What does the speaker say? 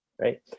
right